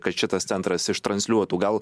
kad šitas centras ištransliuotų gal